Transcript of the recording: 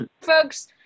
folks